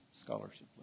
scholarship